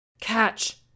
Catch